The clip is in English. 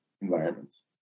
environments